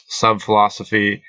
sub-philosophy